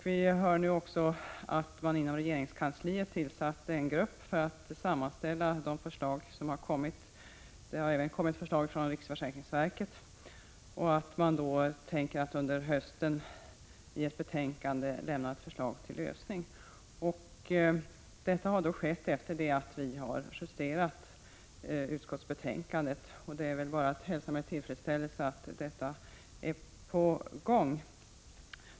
Vi hör nu att man inom regeringskansliet har tillsatt en grupp för att sammanställa de förslag som inkommit — det har även inkommit förslag från riksförsäkringsverket — och att man till hösten avser att avlämna ett betänkande med förslag till lösning. Detta har skett efter det att vi har justerat utskottsbetänkandet, och det är väl bara att hälsa med tillfredsställelse att detta är på gång.